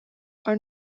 are